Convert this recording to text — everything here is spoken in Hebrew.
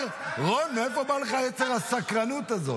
רון, מאיפה בא לך יצר הסקרנות הזה?